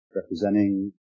representing